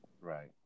Right